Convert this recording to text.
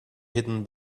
hidden